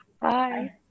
Bye